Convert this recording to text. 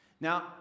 Now